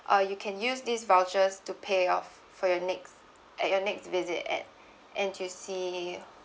or you can use this vouchers to pay off for your next at your next visit at N_T_U_C